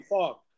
fuck